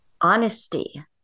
honesty